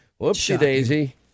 Whoopsie-daisy